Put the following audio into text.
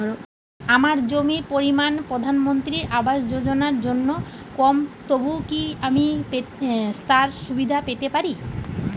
আমার জমির পরিমাণ প্রধানমন্ত্রী আবাস যোজনার জন্য কম তবুও কি আমি তার সুবিধা পেতে পারি?